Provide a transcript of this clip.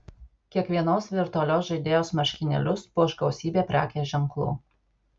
kiekvienos virtualios žaidėjos marškinėlius puoš gausybė prekės ženklų